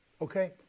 Okay